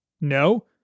No